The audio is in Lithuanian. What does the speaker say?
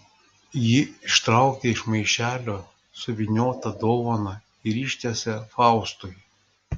ji ištraukia iš maišelio suvyniotą dovaną ir ištiesia faustui